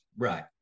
Right